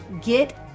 get